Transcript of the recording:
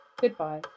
goodbye